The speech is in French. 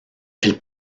elle